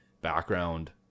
background